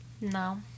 No